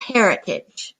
heritage